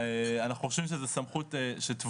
אנחנו חושבים שזו סמכות שטבועה,